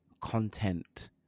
content